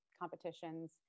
competitions